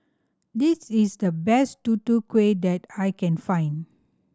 this is the best Tutu Kueh that I can find